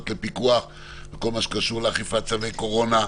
לפיקוח לכל מה שקשור לאכיפת צווי קורונה,